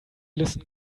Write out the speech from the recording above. listen